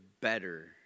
better